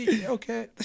Okay